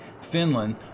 Finland